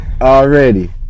Already